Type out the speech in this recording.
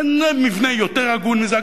אין מבנה יותר הגון מזה.